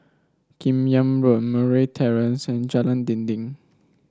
Kim Yam Road Murray Terrace and Jalan Dinding